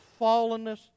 fallenness